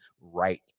right